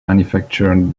manufactured